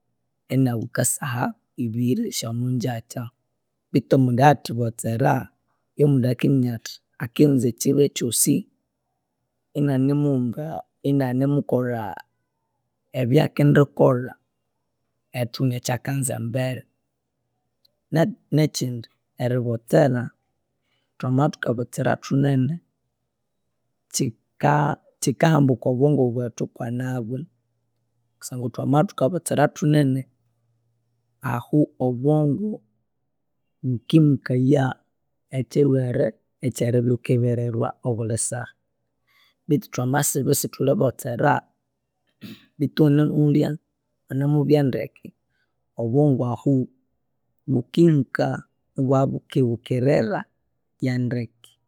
Inabuka saha ebiri syamungyakya bethu omundu eyathibotsera omundu oyokiminyaathi akiwunza ekirokyosi inanimuba inanimukolha ebyakindikolha erithunga ekyakanza embere, nekyindi eribotsera thwamabya thukabotsera thunene kyika kyikahamba okobongo bwethu kwanabi, kusangwa thwamabya thukabotsera thunene ahu obongo bukimukaya ekyilhwere ekyeribya wukibirirwa obulhi saha bethu thwamasiba isithulhi botsera bethu iwunimulya, wunimubya ndeke obongo ahu bukimuka ibwabya bukabukirira yandeke